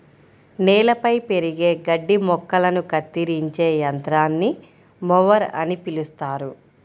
నేలపై పెరిగే గడ్డి మొక్కలను కత్తిరించే యంత్రాన్ని మొవర్ అని పిలుస్తారు